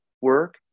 work